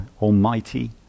Almighty